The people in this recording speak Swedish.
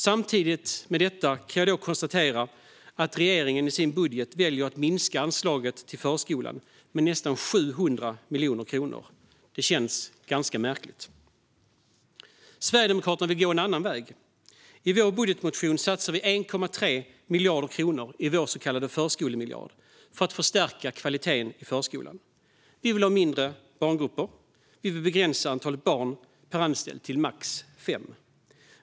Samtidigt kan jag konstatera att regeringen i sin budget väljer att minska anslaget till förskolan med nästan 700 miljoner kronor. Det känns ganska märkligt. Sverigedemokraterna vill gå en annan väg. I vår budgetmotion satsar vi 1,3 miljarder kronor i vår så kallade förskolemiljard för att förstärka kvaliteten i förskolan. Vi vill ha mindre barngrupper och begränsa antalet barn per anställd till max fem.